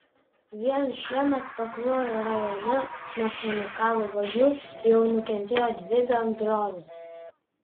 vien šiemet pakruojo rajone nuo chemikalų vagių jau nukentėjo dvi bendrovės